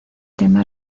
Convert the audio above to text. tema